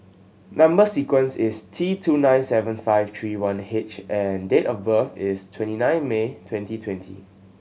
number sequence is T two nine seven five three one eight H and date of birth is twenty nine May twenty twenty